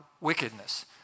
wickedness